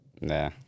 Nah